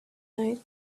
night